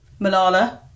Malala